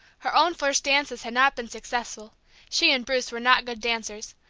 her own first dances had not been successful she and bruce were not good dancers,